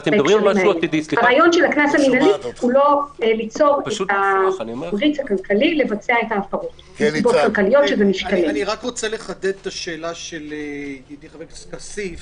אני רוצה לחדד את השאלה של ידידי חבר הכנסת כסיף